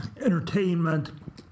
entertainment